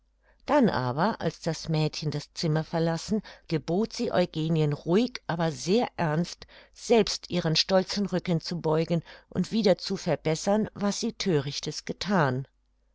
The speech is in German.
dann aber als das mädchen das zimmer verlassen gebot sie eugenien ruhig aber sehr ernst selbst ihren stolzen rücken zu beugen und wieder zu verbessern was sie thörichtes gethan